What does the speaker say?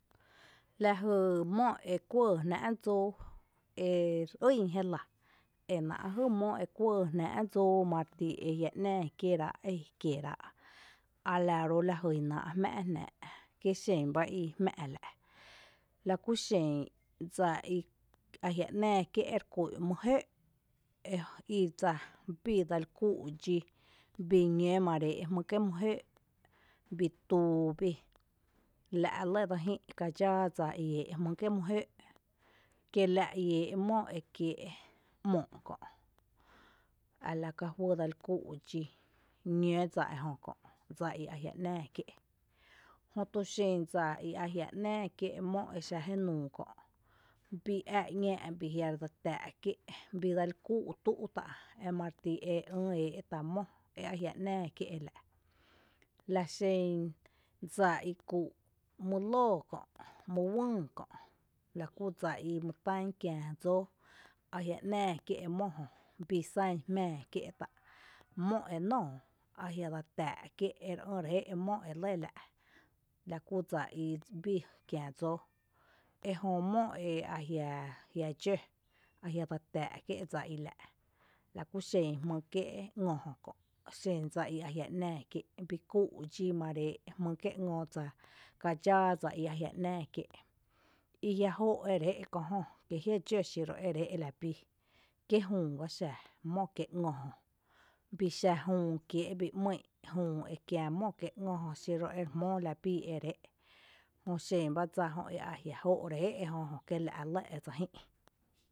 Lajy mó ekuɇɇ jnⱥⱥ' dsóo ery ýn jéla, enáaá' lajy mó ekuɇɇ jnⱥⱥ' dsóo mariti eajiä' 'nⱥⱥ kieerá', alaro' lajyná' jmⱥ' jnⱥⱥ' kíxen bá ijmⱥ' la', laku xen dsa i ajiä' 'nⱥⱥ kié' erykún'n mý jöö' e idsa bii dseli kuu' dxí bii ñǿ mare ée' jmú' kié' myjöö', bii tuu bí, la' lɇ dse jï' dsa i 'ee' jm'y' kié' myjöO' kiela' iee' mó kiee' 'moo' kö' a la kajuý dseli kuu' dx'i ñǿ dsa i kö', jötu xen dsa i ajia' 'nⱥⱥ kié' mó exa jenuu kö' bii ⱥⱥ 'ñⱥⱥ' kié', bii deseli kúu' tú' tá' ema ryti eeh tá' mó eajia' 'nⱥⱥ kié'la'. La xen dsa i kuu' mylǿǿ kö', my uÿÿ kö', lakú dsa i mytán kiä dsóo, bii san jmⱥⱥ kié' ta'mó e nóoó ajia' dse tⱥⱥ' kie' ere ý' re é' mó elɇ la', lakú dsa ibii kiä dsóo ejö mó eajiä' dxǿ a jia' dse tⱥⱥ' kie' dsa i la', laku xen jmýy' kie' ngö jö kö' bii kuu' dxí mare ée' jmý' kie' ngö dsa kadxáa dsa i ajia' 'nⱥⱥ kie' i jia' joo' ere é' kö' jö kí jia? dxǿ xiru ere é' la bii kí jüü báxa mó kiee' ngö jö, bii xa jüü kiee', bii 'mý'n mó ekiä mó kiee' ngö jö xiru ere jmóo la bii ere é' jö xen ba dsa eajia' jó' re é' ejö kiéla' lɇ edse jï'.